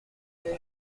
c’est